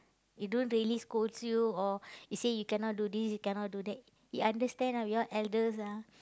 he don't really scolds you or he say you cannot do this you cannot do that he understands ah we all elders ah